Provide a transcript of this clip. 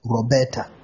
Roberta